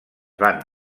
van